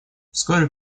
вскоре